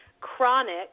Chronic